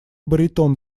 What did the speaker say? баритон